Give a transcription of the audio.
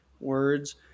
words